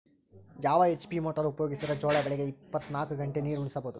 ಯಾವ HP motor ಉಪಯೋಗಿಸಿದರ ಜೋಳ ಬೆಳಿಗ ಇಪ್ಪತ ನಾಲ್ಕು ಗಂಟೆ ನೀರಿ ಉಣಿಸ ಬಹುದು?